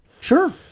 Sure